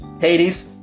Hades